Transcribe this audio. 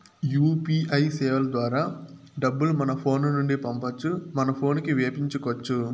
UPI సేవల ద్వారా డబ్బులు మన ఫోను నుండి పంపొచ్చు మన పోనుకి వేపించుకొచ్చు